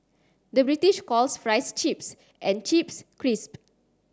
the British calls fries chips and chips crisp